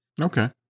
Okay